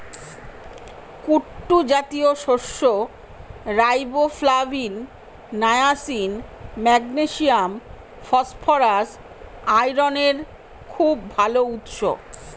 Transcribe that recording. কুট্টু জাতীয় শস্য riboflavin, niacin, magnesium, phosphorus, আয়রনের খুব ভাল উৎস